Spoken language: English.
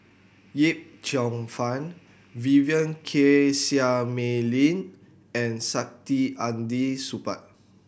Yip Cheong Fun Vivien Quahe Seah Mei Lin and Saktiandi Supaat